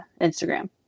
Instagram